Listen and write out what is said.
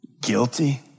guilty